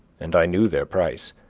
and i knew their price.